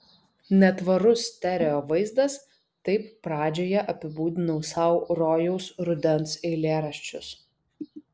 netvarus stereo vaizdas taip pradžioje apibūdinau sau rojaus rudens eilėraščius